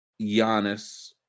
Giannis